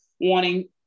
wanting